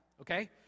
okay